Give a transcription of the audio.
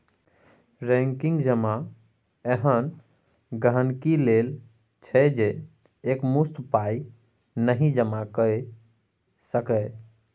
recurring जमा एहन गांहिकी लेल छै जे एकमुश्त पाइ नहि जमा कए सकैए